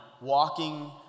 walking